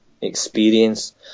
experience